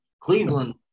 Cleveland